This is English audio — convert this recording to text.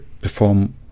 perform